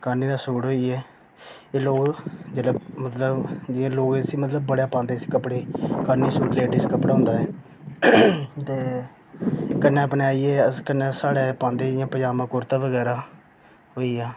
कानी दे सूट होई गे ते लोग जेल्लै मतलब जियां लोग इसी मतलब बड़ा पांदे इसी कपड़े गी काने सूट लेडीज़ कपड़ा होंदा ऐ ते कन्नै बनाइयै अस कन्नै साहड़े पांदे इयां पजामा कुर्ता बगैरा होई गेआ